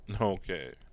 Okay